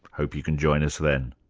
hope you can join us then